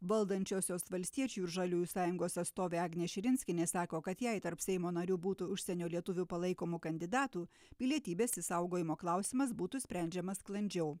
valdančiosios valstiečių ir žaliųjų sąjungos atstovė agnė širinskienė sako kad jei tarp seimo narių būtų užsienio lietuvių palaikomų kandidatų pilietybės išsaugojimo klausimas būtų sprendžiamas sklandžiau